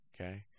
Okay